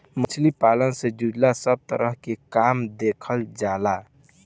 मछली पालन से जुड़ल सब तरह के काम देखल जाला